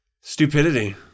Stupidity